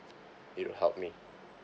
it will help me